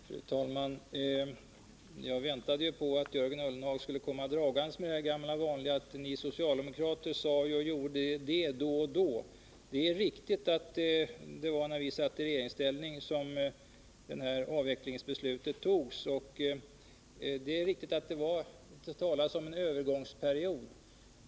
Fru talman! Jag väntade att Jörgen Ullenhag skulle komma dragandes med det gamla vanliga att ”ni socialdemokrater sade och gjorde det då och då”. Det är riktigt att det var när vi satt i regeringsställning som avvecklingsbeslutet togs och att det talades om en övergångsperiod.